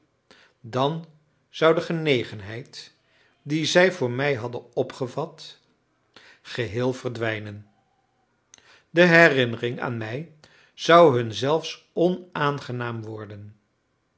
dan zou de genegenheid die zij voor mij hadden opgevat geheel verdwijnen de herinnering aan mij zou hun zelfs onaangenaam worden